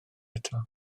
eto